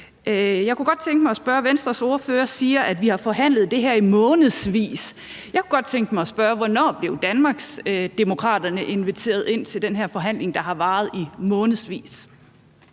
Venstres ordfører siger, at vi har forhandlet det her i månedsvis, så jeg kunne godt tænke mig at spørge, hvornår Danmarksdemokraterne blev inviteret ind til den her forhandling, der har varet i månedsvis.